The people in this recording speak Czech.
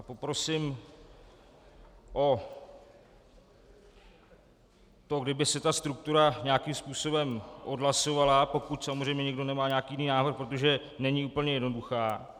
Poprosím, aby se tato struktura nějakým způsobem odhlasovala, pokud samozřejmě někdo nemá nějaký jiný návrh, protože není úplně jednoduchá.